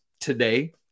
today